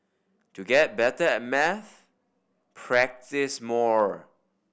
to get better at maths practise more